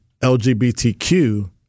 LGBTQ